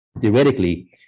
theoretically